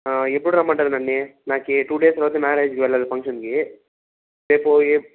ఎప్పుడు రమ్మంటారు నన్ను నాకు టూ డేస్ తర్వాత మ్యారేజ్కి వెళ్ళాలి ఫంక్షన్కి రేపు ఏ